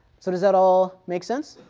so does that all make sense?